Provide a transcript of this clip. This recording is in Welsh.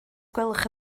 gwelwch